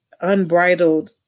unbridled